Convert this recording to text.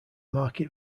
market